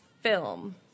film